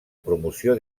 promoció